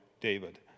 David